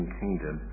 kingdom